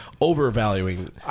overvaluing